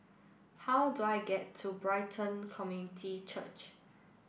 how do I get to Brighton Community Church